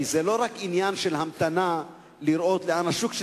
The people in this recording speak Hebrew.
כי זה לא רק עניין של המתנה לראות לאן השוק,